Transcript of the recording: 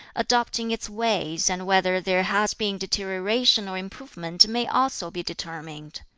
adopting its ways, and whether there has been deterioration or improvement may also be determined.